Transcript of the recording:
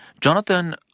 Jonathan